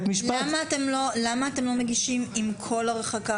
למה אתם לא מגישים חובת התייצבות עם כל הרחקה?